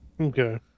Okay